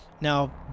Now